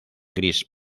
gris